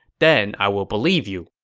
then i will believe you.